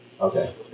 okay